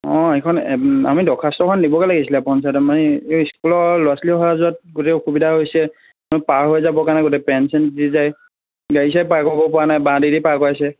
অঁ এইখন আমি দৰ্খাস্ত এখন দিবগে লাগিছিলে পঞ্চায়তত মানে এই ইস্কুলৰ ল'ৰা ছোৱালী অহা যোৱাত গোটেই অসুবিধা হৈছে পাৰ হৈ যাবৰ কাৰণে গোটেই পেন চেন ভিজি যায় গাড়ী চাড়ী পাৰ কৰাব পৰা নাই বাঁহ দি দি পাৰ কৰাইছে